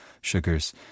Sugars